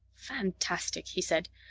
fantastic, he said.